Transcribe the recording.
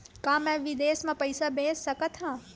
का मैं विदेश म पईसा भेज सकत हव?